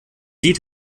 lied